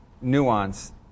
nuance